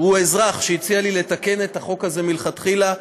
האזרח שהציע לי לתקן את החוק הזה מלכתחילה,